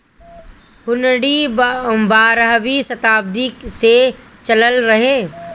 हुन्डी बारहवीं सताब्दी से चलल रहे